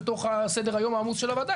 בתוך סדר היום העמוס של הוועדה,